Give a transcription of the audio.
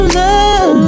love